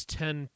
ten